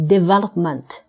Development